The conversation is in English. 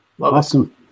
awesome